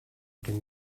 gen